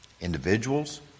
Individuals